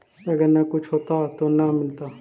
अगर न कुछ होता तो न मिलता?